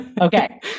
Okay